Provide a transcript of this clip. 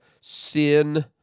sin